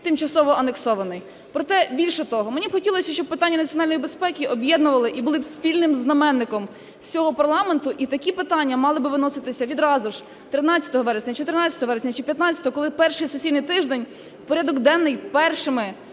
тимчасово анексований. Проте, більше того, мені б хотілося, щоб питання національної безпеки об'єднували і були б спільним знаменником всього парламенту, і такі питання мали би виноситися відразу ж 13 вересня, 14 вересня чи 15-го, коли в перший сесійний тиждень в порядок денний першими